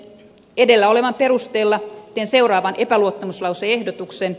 edellä olevan perusteella teen seuraavan epäluottamuslause ehdotuksen